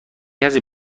کسی